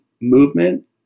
movement